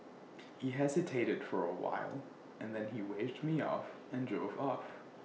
he hesitated for A while and then he waved me off and drove off